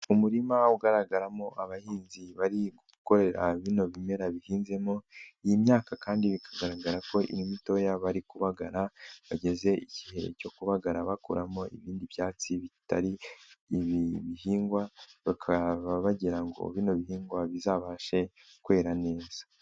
Umurima ugaragaramo abahinzi bari gukorera bino bimera bihinzemo, iyi myaka kandi bikagaragara ko ari mitoya bari kubagara, bageze igihe cyo kubagara bakuramo ibindi byatsi bitari ibi bihingwa, bakaba bagira ngo bino bihingwa bizabashe kwera neza.